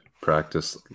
practice